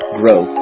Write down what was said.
grow